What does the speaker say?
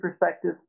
perspective